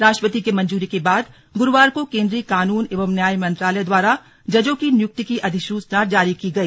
राष्ट्रपति की मंजूरी के बाद गुरूवार को केंद्रीय कानून एवं न्याय मंत्रालय द्वारा जजों की नियुक्ति की अधिसूचना जारी की गई